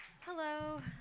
Hello